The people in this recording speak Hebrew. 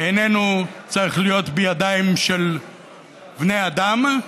איננו צריך להיות בידיים של בני אדם,